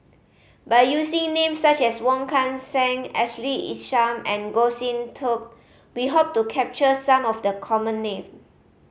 by using names such as Wong Kan Seng Ashley Isham and Goh Sin Tub we hope to capture some of the common name